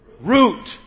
root